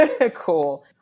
Cool